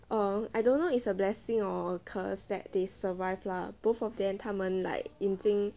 oh I don't know is a blessing or a curse that they survive lah both of them 他们 like 已经